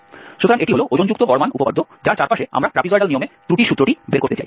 সুতরাং এটি হল ওজনযুক্ত গড় মান উপপাদ্য যার চারপাশে আমরা ট্র্যাপিজয়েডাল নিয়মে ত্রুটির সূত্রটি বের করতে চাই